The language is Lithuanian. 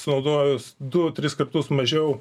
sunaudojus du tris kartus mažiau